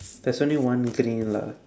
there's only one green lah